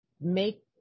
make